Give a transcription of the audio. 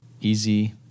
easy